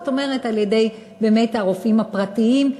זאת אומרת על-ידי הרופאים הפרטיים,